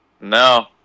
No